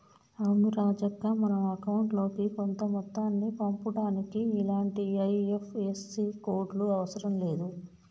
అవును రాజక్క మనం అకౌంట్ లోకి కొంత మొత్తాన్ని పంపుటానికి ఇలాంటి ఐ.ఎఫ్.ఎస్.సి కోడ్లు అవసరం లేదు